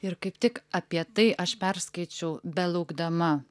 ir kaip tik apie tai aš perskaičiau belaukdama